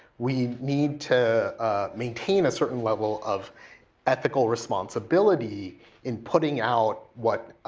we need to maintain a certain level of ethical responsibility in putting out what